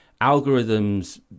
algorithms